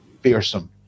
Fearsome